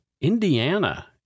Indiana